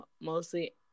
mostly